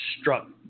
struck